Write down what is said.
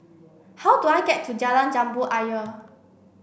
how do I get to Jalan Jambu Ayer